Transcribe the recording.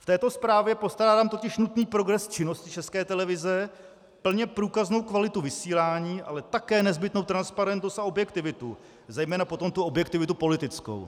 V této zprávě totiž postrádám nutný progres činnosti České televize, plně průkaznou kvalitu vysílání, ale také nezbytnou transparentnost a objektivitu, zejména potom objektivitu politickou.